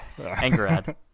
Angerad